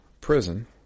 prison